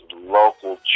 local